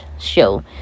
show